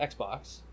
xbox